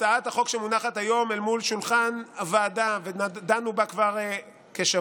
הצעת החוק שמונחת היום אל מול שולחן הוועדה ודנו בה כבר כשבוע,